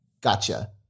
Gotcha